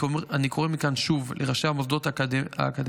אני קורא מכאן שוב לראשי המוסדות האקדמיים